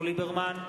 אביגדור ליברמן,